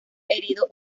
herido